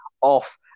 off